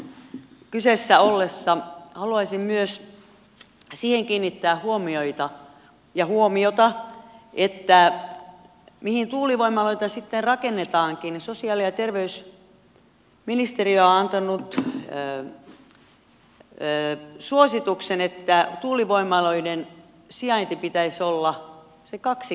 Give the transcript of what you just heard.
tuulivoimaloiden kyseessä ollessa haluaisin myös kiinnittää huomiota siihen että mihin tuulivoimaloita sitten rakennetaankin sosiaali ja terveysministeriö on antanut suosituksen että tuulivoimaloiden sijainnin pitäisi olla se kaksi kilometriä asutuksesta